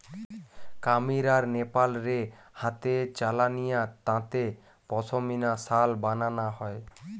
কামীর আর নেপাল রে হাতে চালানিয়া তাঁতে পশমিনা শাল বানানা হয়